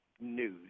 news